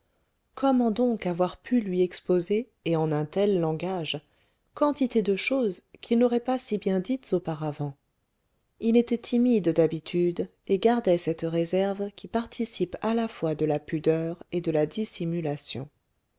comment donc avoir pu lui exposer et en un tel langage quantité de choses qu'il n'aurait pas si bien dites auparavant il était timide d'habitude et gardait cette réserve qui participe à la fois de la pudeur et de la dissimulation